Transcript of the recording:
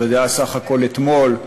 אבל זה היה בסך הכול אתמול,